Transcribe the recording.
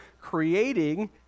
creating